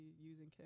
using